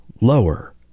lower